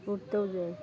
ঘুরতেও যাই